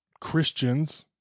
Christians